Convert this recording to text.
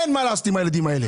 אין מה לעשות עם הילדים האלה.